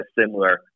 similar